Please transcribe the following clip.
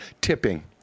tipping